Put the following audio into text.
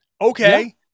Okay